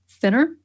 thinner